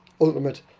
ultimate